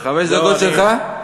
חמש דקות שלך?